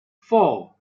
four